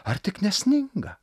ar tik nesninga